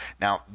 Now